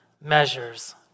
measures